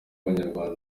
abanyarwanda